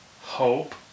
hope